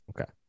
Okay